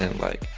and like,